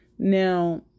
Now